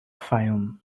fayoum